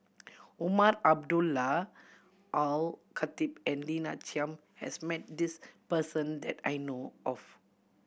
Umar Abdullah Al Khatib and Lina Chiam has met this person that I know of